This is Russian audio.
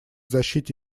защите